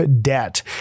debt